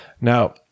Now